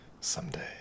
someday